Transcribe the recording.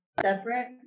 separate